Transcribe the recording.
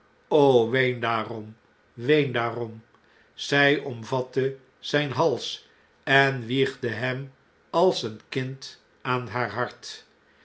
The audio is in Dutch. ween daarom ween daarom zij omvatte zjjn hals en wiegde hem als een kind aan haar hart